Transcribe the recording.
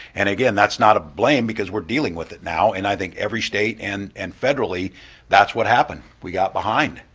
and again, that's not a blame because we're dealing with it now, and i think every state and and federally that's what happened, we got behind?